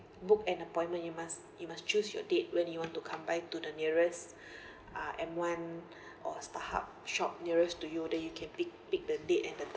book an appointment you must you must choose your date when you want to come by to the nearest uh m one or starhub shop nearest to you then you can pick pick the date and the time